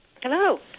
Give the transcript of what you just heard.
Hello